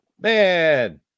man